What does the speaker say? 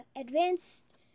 advanced